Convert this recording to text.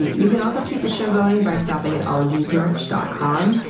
and you can also keep the show going by stopping at ologiesmerch dot com.